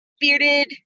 bearded